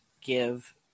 give